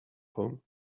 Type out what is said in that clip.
home